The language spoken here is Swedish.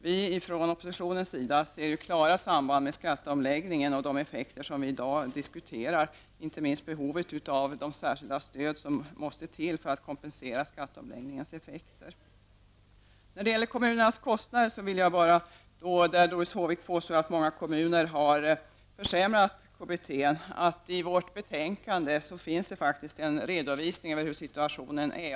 Vi från oppositionens sida ser ett klart samband mellan skatteomläggningen och de problem som vi diskuterar i dag, inte minst behovet av det särskilda stöd som måste till för att kompensera skatteomläggningens effekter. När det gäller kommunernas kostnader påstår Doris Håvik att många kommuner har försämrat KBT. I betänkandet finns faktiskt en redovisning över hur situationen är.